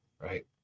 right